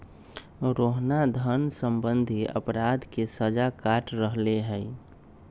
रोहना धन सम्बंधी अपराध के सजा काट रहले है